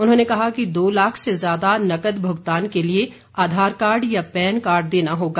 उन्होंने कहा कि दो लाख से ज्यादा नकद भूगतान के लिए आधार कार्ड या पैन कार्ड देना होगा